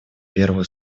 первую